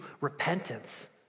repentance